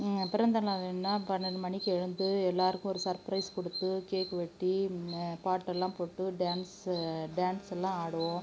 பிறந்தநாளுன்னால் பன்னெண்டு மணிக்கு எழுந்து எல்லாருக்கும் ஒரு சர்ப்ரைஸ் கொடுத்து கேக் வெட்டி பாட்டெல்லாம் போட்டு டேன்ஸ்ஸு டேன்ஸ் எல்லாம் ஆடுவோம்